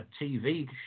TV